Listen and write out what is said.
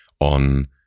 on